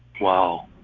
Wow